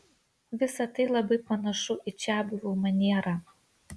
visa tai labai panašu į čiabuvių manierą